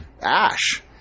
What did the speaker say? Ash